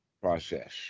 process